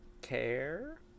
care